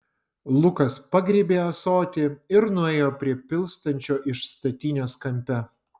lukas pagriebė ąsotį ir nuėjo prie pilstančio iš statinės kampe